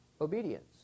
obedience